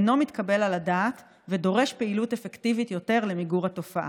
אינו מתקבל על הדעת ודורש פעילות אפקטיבית יותר למיגור התופעה.